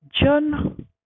John